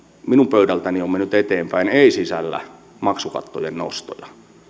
minun pöydältäni on mennyt eteenpäin ei sisällä maksukattojen nostoja